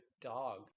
dog